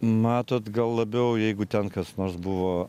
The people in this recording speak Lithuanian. matot gal labiau jeigu ten kas nors buvo